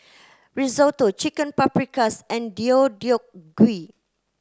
Risotto Chicken Paprikas and Deodeok Gui